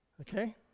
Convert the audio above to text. Okay